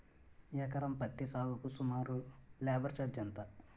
ఎకరం పత్తి సాగుకు సుమారు లేబర్ ఛార్జ్ ఎంత?